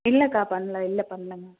இல்லைக்கா பண்ணல இல்லை பண்ணலங்க